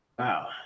Wow